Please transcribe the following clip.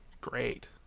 great